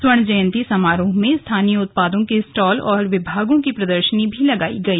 स्वर्ण जयंती समारोह में स्थानीय उत्पादों के स्टॉल और विभागों की प्रदर्शनी भी लगाई गई